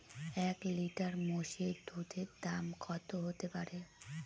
এক লিটার মোষের দুধের দাম কত হতেপারে?